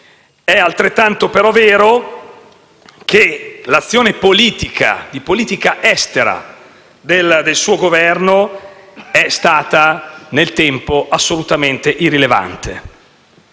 altrettanto vero che l'azione di politica estera del suo Governo è stata nel tempo assolutamente irrilevante.